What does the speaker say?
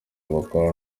bakora